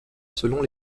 selon